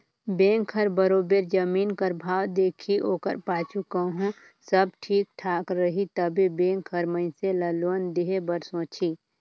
bank हर बरोबेर जमीन कर भाव देखही ओकर पाछू कहों सब ठीक ठाक रही तबे बेंक हर मइनसे ल लोन देहे बर सोंचही